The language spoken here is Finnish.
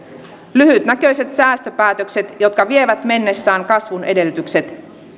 lyhytnäköiset säästöpäätökset jotka vievät mennessään kasvun edellytykset